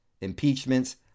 impeachments